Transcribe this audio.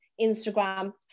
Instagram